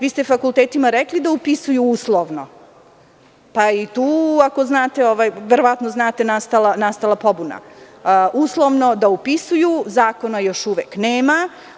Vi ste fakultetima rekli da upisuju uslovno, pa verovatno znate da je i tu nastala pobuna, uslovno da upisuju a zakona još uvek nema.